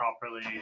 properly